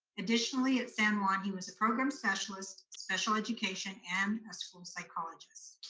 additionally, at san juan, he was a program specialist, special education, and a school psychologist.